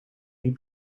niet